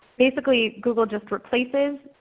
basically, google just replaces